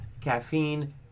caffeine